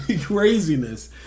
Craziness